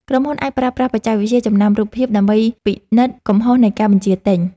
ក្រុមហ៊ុនអាចប្រើប្រាស់បច្ចេកវិទ្យាចំណាំរូបភាព ដើម្បីពិនិត្យកំហុសនៃការបញ្ជាទិញ។